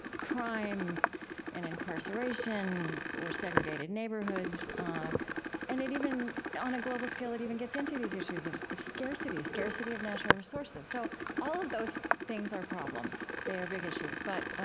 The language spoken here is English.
crime and incarceration, or segregated neighborhoods ah and even on a global scale, it even gets into these issues of of scarcity, scarcity of natural resources. so all of those things are problems. they are big issues. but